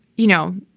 you know,